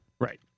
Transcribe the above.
Right